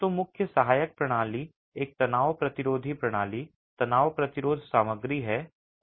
तो मुख्य सहायक प्रणाली एक तनाव प्रतिरोध प्रणाली तनाव प्रतिरोध सामग्री है